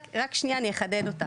רק שנייה, אני אחדד אותה.